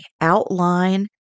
outline